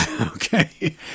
Okay